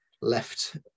left